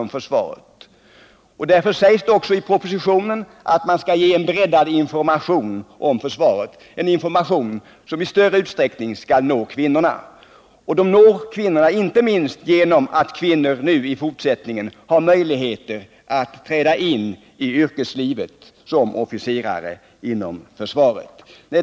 Det sägs också i propositionen att man skall ge breddad information om försvaret, en information som i större utsträckning skall nå kvinnorna. Och den når kvinnorna inte minst genom att de i fortsättningen har möjligheter att träda in i yrkeslivet som officerare inom försvaret.